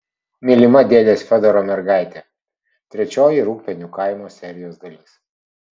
mylima dėdės fiodoro mergaitė trečioji rūgpienių kaimo serijos dalis